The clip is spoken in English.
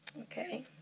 okay